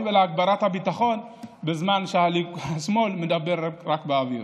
ובהגברת הביטחון בזמן שהשמאל מדבר רק באוויר.